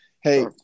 Hey